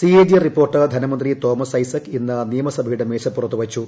CAG report ധനമന്ത്രി തോമസ് ഐസക് ഇന്ന് നിയമസഭയുടെ മേശപ്പുറത്ത് വെച്ചു